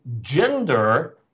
gender